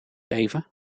even